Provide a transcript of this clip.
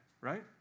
right